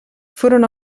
furono